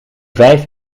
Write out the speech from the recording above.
vijf